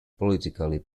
politically